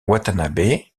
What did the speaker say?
watanabe